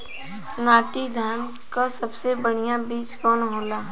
नाटी धान क सबसे बढ़िया बीज कवन होला?